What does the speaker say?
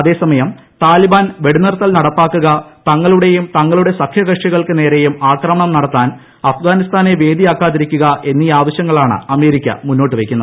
അതേസമയം താലിബാൻ വെടിനിർത്തൽ നടപ്പാക്കുക തങ്ങളുടെയും തങ്ങളുടെ സഖ്യകക്ഷികൾക്ക് നേരെയും ആക്രമണം നടത്താൻ അഫ്ഗാനിസ്ഥാനെ വേദിയാക്കാതിരിക്കുക എന്നീ ആവശ്യങ്ങളാണ് അമേരിക്ക മുന്നോട്ട് വയ്ക്കുന്നത്